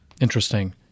Interesting